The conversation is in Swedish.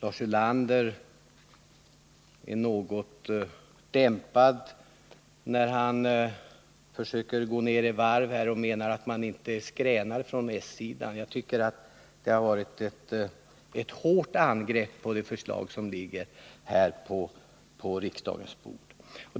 Fru talman! Lars Ulander hävdar att s-ledamöterna inte skränar. Jag tycker att det varit ett hårt angrepp på det regeringsförslag som ligger på riksdagens bord.